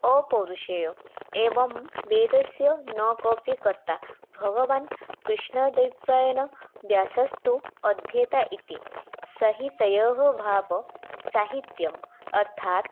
अपौरुषेयः एवं वेदस्य न कोऽपि कर्ता भगवान् कृष्णद्वैपायन व्यासस्तु अध्येता इति सहितयोः भावः साहित्यम् अर्थात्